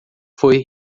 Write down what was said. foi